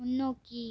முன்னோக்கி